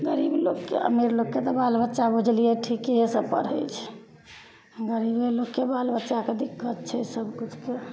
गरीब लोकके अमीर लोकके तऽ बालबच्चा बुझलिए ठिकेसे पढ़ै छै गरीबे लोकके बालबच्चाके दिक्कत छै सबकिछुके